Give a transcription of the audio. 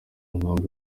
nkambi